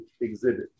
exhibit